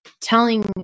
telling